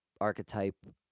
archetype